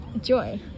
Joy